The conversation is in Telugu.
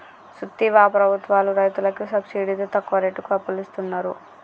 సూత్తివా ప్రభుత్వాలు రైతులకి సబ్సిడితో తక్కువ రేటుకి అప్పులిస్తున్నరు